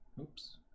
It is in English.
oops